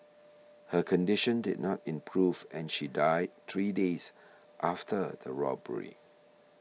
her condition did not improve and she died three days after the robbery